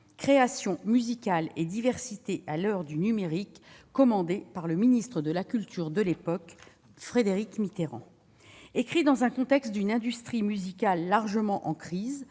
Création musicale et diversité à l'ère numérique », commandé par le ministre de la culture de l'époque, Frédéric Mitterrand. Écrit dans le contexte d'une industrie musicale largement en crise,